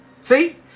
See